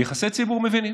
ביחסי ציבור מבינים.